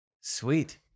Sweet